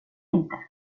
inte